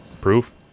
proof